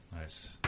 Nice